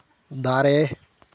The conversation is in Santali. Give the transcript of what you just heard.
ᱫᱟᱨᱮ